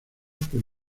por